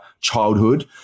childhood